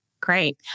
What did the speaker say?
Great